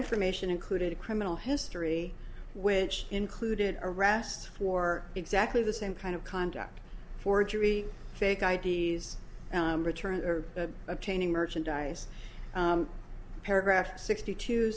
information included a criminal history which included arrests for exactly the same kind of conduct forgery fake i d s return or obtaining merchandise paragraph sixty two